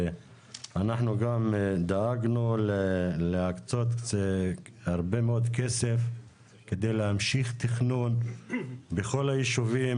ואנחנו גם דאגנו להקצות הרבה מאוד כסף כדי להמשיך תכנון בכל היישובים